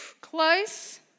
Close